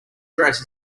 dress